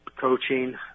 coaching